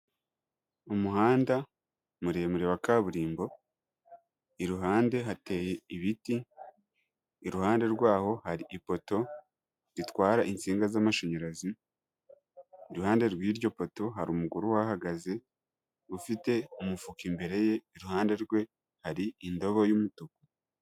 Umuhanda muremure wa kaburimbo, iruhande hateye ibiti, iruhande rwaho hari ipoto ritwara insinga z'amashanyarazi, iruhande rw'iryo poto hari umugore uhahagaze ufite umufuka imbere ye, iruhande rwe hari indobo y'umutuku.